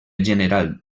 general